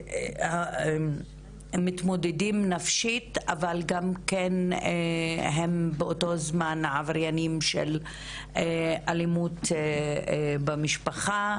עם התמודדות נפשית שהם באותו זמן עבריינים של אלימות במשפחה.